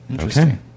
Okay